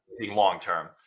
long-term